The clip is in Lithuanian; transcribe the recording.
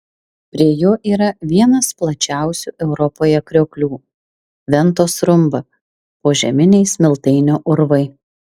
prie jo yra vienas plačiausių europoje krioklių ventos rumba požeminiai smiltainio urvai